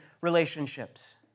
relationships